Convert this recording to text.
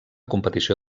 competició